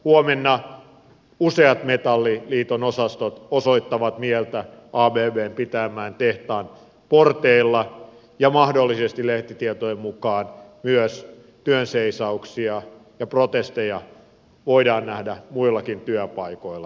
huomenna useat metalliliiton osastot osoittavat mieltä abbn pitäjänmäen tehtaan porteilla ja mahdollisesti lehtitietojen mukaan työnseisauksia ja protesteja voidaan nähdä muillakin työpaikoilla